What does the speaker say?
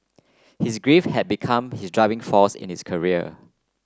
his grief have become his driving force in his career